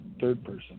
third-person